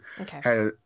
Okay